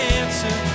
answer